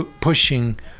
pushing